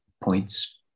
points